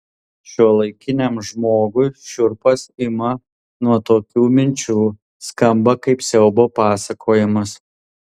šiuolaikiniam žmogui šiurpas ima nuo tokių minčių skamba kaip siaubo pasakojimas